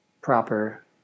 proper